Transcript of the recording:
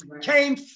came